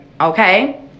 okay